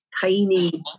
tiny